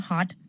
Hot